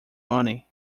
money